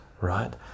right